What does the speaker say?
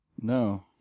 No